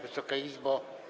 Wysoka Izbo!